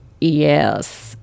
yes